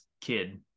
kid